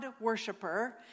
worshiper